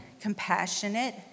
compassionate